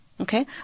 okay